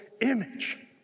image